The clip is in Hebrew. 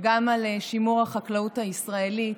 גם לשימור החקלאות הישראלית,